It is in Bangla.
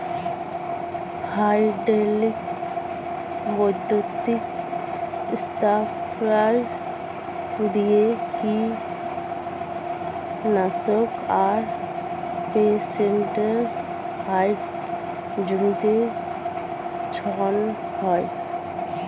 হাইড্রলিক বৈদ্যুতিক স্প্রেয়ার দিয়ে কীটনাশক আর পেস্টিসাইড জমিতে ছড়ান হয়